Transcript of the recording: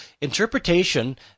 Interpretation